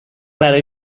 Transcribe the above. برای